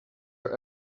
are